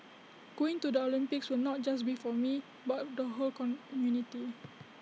going to the Olympics will not just be for me but the whole community